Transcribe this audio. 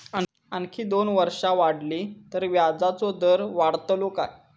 आणखी दोन वर्षा वाढली तर व्याजाचो दर वाढतलो काय?